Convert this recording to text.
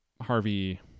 Harvey –